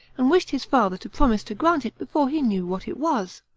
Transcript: and wished his father to promise to grant it before he knew what it was.